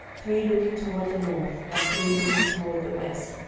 three looking toward the north, and three looking toward the west,